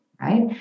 right